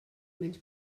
menys